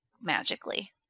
magically